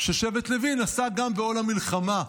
ששבט לוי נשא גם בעול המלחמה,